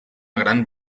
gran